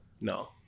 No